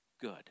good